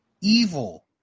Evil